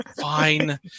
fine